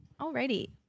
Alrighty